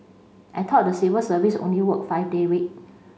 I thought the civil service only work five day week